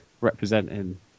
representing